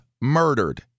murdered